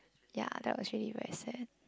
ya that was really very sad